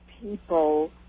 people